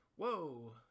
Whoa